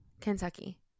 Kentucky